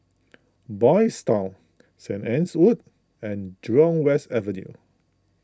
Boys' Town Saint Anne's Wood and Jurong West Avenue